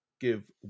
give